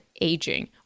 aging